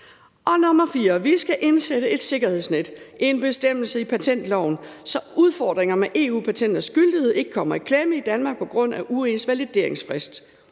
fire skal vi indsætte et sikkerhedsnet, en bestemmelse i patentloven, så udfordringer med EU-patenters gyldighed ikke betyder, at man kommer i klemme i Danmark på grund af uens valideringsfrist.